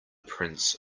prince